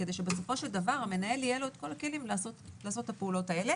כדי שבסופו של דבר למנהל יהיו כל הכלים לעשות את הפעולות האלה,